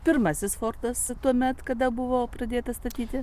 pirmasis fortas tuomet kada buvo pradėtas statyti